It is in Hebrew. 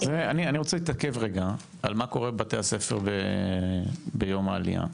אני רוצה להתעכב רגע על מה קורה בבתי הספר ביום העלייה.